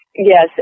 Yes